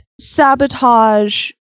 sabotage